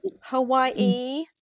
Hawaii